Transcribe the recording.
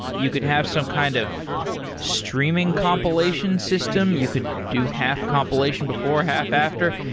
you could have some kind of streaming compilation system. you could do half compilation before half after.